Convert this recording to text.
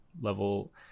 level